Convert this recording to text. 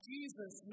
Jesus